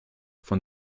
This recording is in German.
von